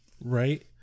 Right